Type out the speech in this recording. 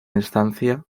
instancia